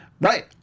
Right